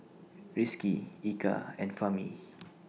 Rizqi Eka and Fahmi